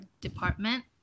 department